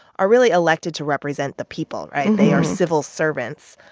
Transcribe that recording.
are really elected to represent the people, right? they are civil servants.